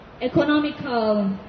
Economical